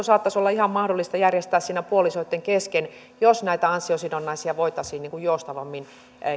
saattaisi olla ihan mahdollista järjestää puolisoitten kesken jos näitä ansiosidonnaisia voitaisiin joustavammin